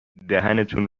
دهنتون